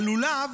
הלולב,